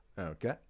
Okay